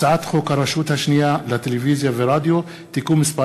הצעת חוק הרשות השנייה לטלוויזיה ורדיו (תיקון מס'